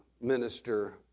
minister